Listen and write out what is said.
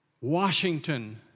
Washington